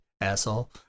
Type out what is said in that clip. Asshole